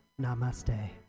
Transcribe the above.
Namaste